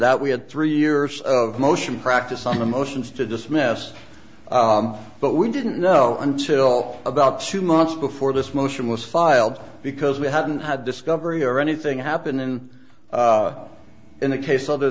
that we had three years of motion practice on the motions to dismiss but we didn't know until about two months before this motion was filed because we hadn't had discovery or anything happen in the case other